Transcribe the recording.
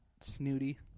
snooty